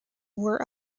were